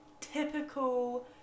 typical